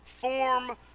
form